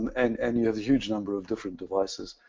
and and you have a huge number of different devices.